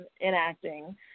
enacting